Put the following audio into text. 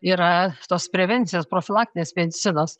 yra tos prevencijos profilaktinės medicinos